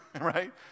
right